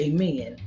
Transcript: Amen